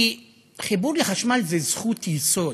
כי חיבור לחשמל זה זכות יסוד,